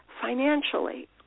financially